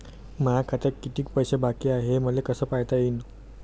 माया खात्यात कितीक पैसे बाकी हाय हे मले कस पायता येईन?